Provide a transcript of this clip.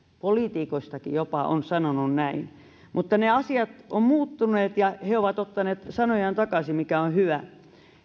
poliitikoistakin jopa on sanonut näin mutta ne asiat ovat muuttuneet ja he ovat ottaneet sanojaan takaisin mikä on hyvä